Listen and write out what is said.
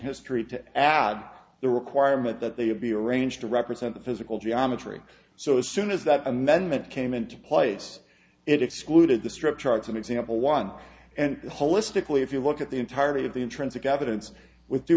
to add the requirement that they be arranged to represent the physical geometry so as soon as that amendment came into place it excluded the strip charts an example one and holistically if you look at the entirety of the intrinsic evidence with d